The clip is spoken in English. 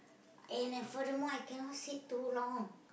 and I furthermore I cannot sit too long